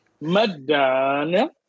Madonna